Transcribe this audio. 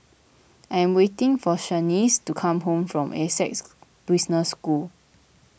I am waiting for Shaniece to come home from Essec Business School